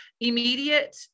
immediate